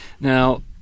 Now